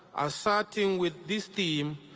starting with this theme,